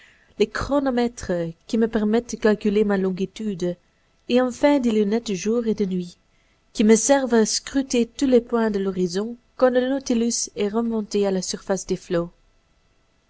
les chronomètres qui me permettent de calculer ma longitude et enfin des lunettes de jour et de nuit qui me servent à scruter tous les points de l'horizon quand le nautilus est remonté à la surface des flots